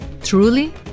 Truly